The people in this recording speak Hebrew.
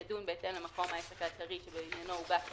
יידון בהתאם למקום העסק העיקרי שבעניינו הוגש הערר.